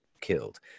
killed